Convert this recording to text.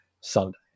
Sunday